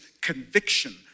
conviction